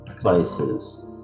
places